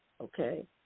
okay